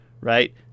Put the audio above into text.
right